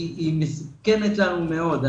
היא מסוכנת לנו מאוד.